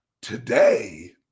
today